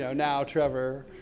so now trevor.